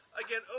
Again